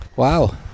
Wow